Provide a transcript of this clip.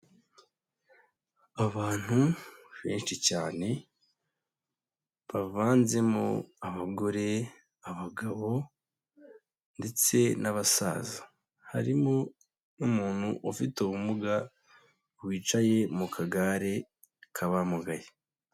Abantu benshi cyane bavanzemo abagore, abagabo ndetse n'abasaza, harimo n'umuntu ufite ubumuga, wicaye mu kagare k'abamugaye.